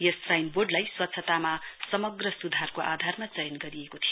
यस shrine वोर्डलाई स्वच्छतामा समग्र सुधारको आधारमा चयन गरिएको थियो